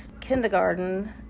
kindergarten